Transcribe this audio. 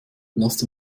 lasst